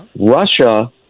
Russia